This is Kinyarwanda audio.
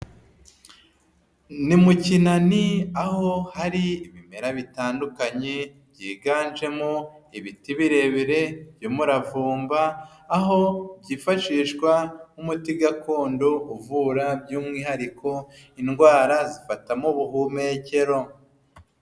Ni mukinani aho hari ibimera bitandukanye byiganjemo ibiti birebire by’umuravumba, aho byifashishwa nk'umuti gakondo uvura by'umwihariko indwara zifatamo ubuhumekero.